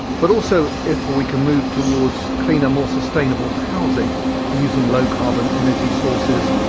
but also if we can move towards cleaner, more sustainable housing using low-carbon energy sources,